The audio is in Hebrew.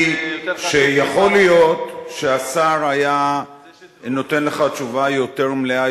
היא שיכול להיות שהשר היה נותן לך תשובה יותר מלאה,